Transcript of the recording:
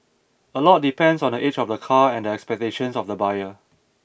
a lot depends on the age of the car and the expectations of the buyer